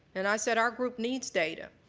and i said our group needs data.